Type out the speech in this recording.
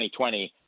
2020